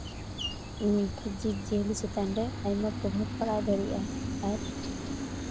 ᱩᱱᱠᱩ ᱡᱤᱵᱽ ᱡᱤᱭᱟᱹᱞᱤ ᱪᱮᱛᱟᱱ ᱨᱮ ᱟᱭᱢᱟ ᱯᱨᱚᱵᱷᱟᱵᱽ ᱯᱟᱲᱟᱣ ᱫᱟᱲᱮᱭᱟᱜᱼᱟ ᱟᱨ